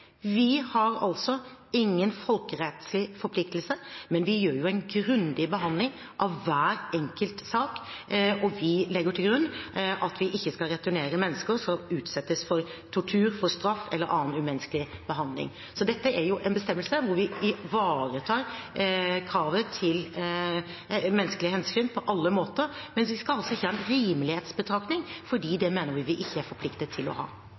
Vi har altså ingen folkerettslig forpliktelse, men vi gjør en grundig behandling av hver enkelt sak, og vi legger til grunn at vi ikke skal returnere mennesker som utsettes for tortur, straff eller annen umenneskelig behandling. Så dette er jo en bestemmelse der vi ivaretar kravet til menneskelige hensyn på alle måter. Men vi skal altså ikke ha en rimelighetsbetraktning, fordi det mener vi at vi ikke er forpliktet til å ha.